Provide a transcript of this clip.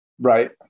Right